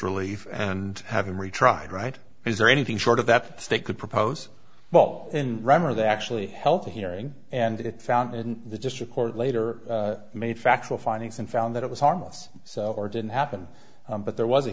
relief and having retried right is there anything short of that state could propose well in ram or they actually helped the hearing and it found in the district court later made factual findings and found that it was harmless so or didn't happen but there was a